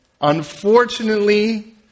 unfortunately